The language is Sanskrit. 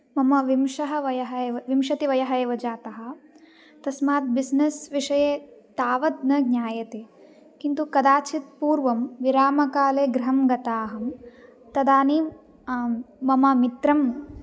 मम विंशः वयः एव विंशतिः वयः एव जातः तस्माद् बिस्नेस् विषये तावद् न ज्ञायते किन्तु कदाचिद् पूर्वं विरामकाले गृहं गता अहं तदानीं मम मित्रं